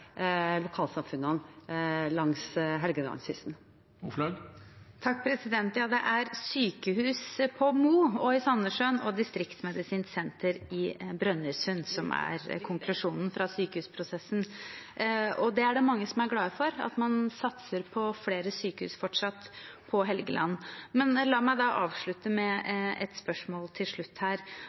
lokalsamfunnene langs Helgelandskysten. Ja, det er sykehus på Mo og i Sandnessjøen og distriktsmedisinsk senter i Brønnøysund som er konklusjonen fra sykehusprosessen. Det er det mange som er glade for, at man satser på flere sykehus fortsatt på Helgeland. Men la meg da komme med et spørsmål til slutt her.